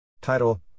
Title